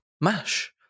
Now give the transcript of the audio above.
MASH